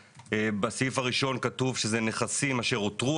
בסעיף הראשון כתוב שזה: נכסים אשר אותרו